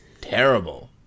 terrible